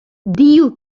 дию